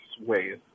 ways